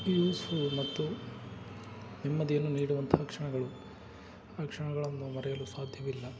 useful ಮತ್ತು ನೆಮ್ಮದಿಯನ್ನು ನೀಡುವಂತಹ ಕ್ಷಣಗಳು ಆ ಕ್ಷಣಗಳನ್ನು ಮರೆಯಲು ಸಾಧ್ಯವಿಲ್ಲ